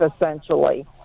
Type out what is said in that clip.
essentially